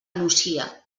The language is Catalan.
nucia